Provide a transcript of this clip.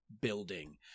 building